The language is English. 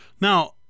Now